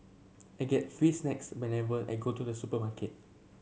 I get free snacks whenever I go to the supermarket